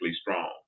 strong